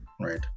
right